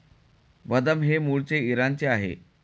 बदाम हे मूळचे इराणचे आहे